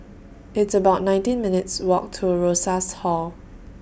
It's about nineteen minutes' Walk to Rosas Hall